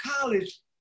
college